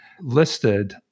listed